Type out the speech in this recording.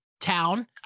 town